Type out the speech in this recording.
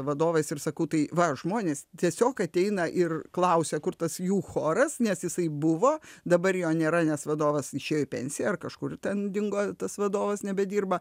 vadovais ir sakau tai va žmonės tiesiog ateina ir klausia kur tas jų choras nes jisai buvo dabar jo nėra nes vadovas išėjo į pensiją ar kažkur ten dingo tas vadovas nebedirba